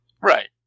Right